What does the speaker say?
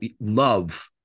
love